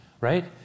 Right